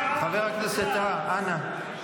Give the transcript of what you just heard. --- חבר הכנסת טאהא, אנא.